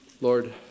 Lord